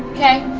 okay.